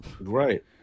Right